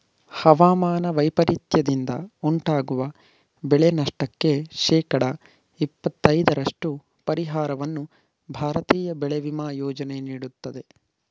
ಹವಾಮಾನ ವೈಪರೀತ್ಯದಿಂದ ಉಂಟಾಗುವ ಬೆಳೆನಷ್ಟಕ್ಕೆ ಶೇಕಡ ಇಪ್ಪತೈದರಷ್ಟು ಪರಿಹಾರವನ್ನು ಭಾರತೀಯ ಬೆಳೆ ವಿಮಾ ಯೋಜನೆ ನೀಡುತ್ತದೆ